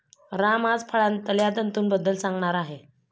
राम आज फळांतल्या तंतूंबद्दल सांगणार आहे